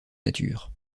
nature